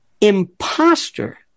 imposter